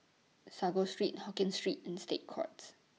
Sago Street Hokkien Street and State Courts